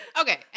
Okay